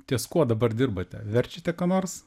ties kuo dabar dirbate verčiate ką nors